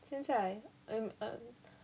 现在 I'm